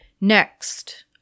Next